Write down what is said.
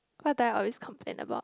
what do I always complain about